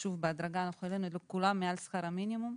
בהדרגה, אנחנו העלינו לכולם מעל שכר המינימום.